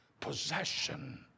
possession